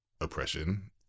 oppression